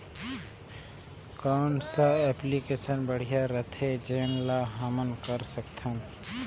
कौन सा एप्लिकेशन बढ़िया रथे जोन ल हमन कर सकथन?